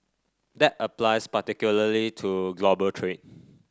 that applies particularly to global trade